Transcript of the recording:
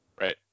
right